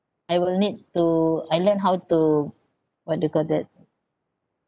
I will need to I learned how to what do you call that